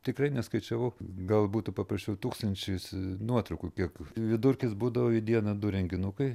tikrai neskaičiavau gal būtų paprasčiau tūkstančius nuotraukų kiek vidurkis būdavo į dieną du renginukai